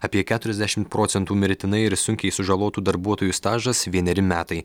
apie keturiasdešimt procentų mirtinai ir sunkiai sužalotų darbuotojų stažas vieneri metai